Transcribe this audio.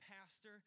pastor